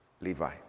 Levi